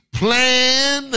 plan